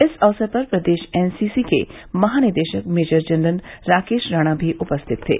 इस अवसर पर प्रदेश एनसीसी के महानिदेशक मेजर जनरल राकेश राणा भी उपस्थित थे